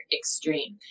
extreme